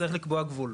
וצריך לקבוע גבול.